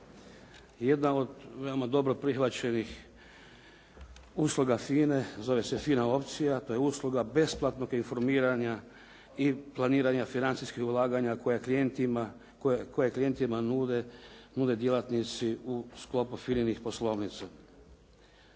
Jedna od veoma dobro prihvaćenih usluga FINA-e zove se FINA-opcija, to je usluga besplatnog informiranja i planiranja financijskih ulaganja koje klijentima nude djelatnici u sklopu FINA-nih poslovnica.